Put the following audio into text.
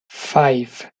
five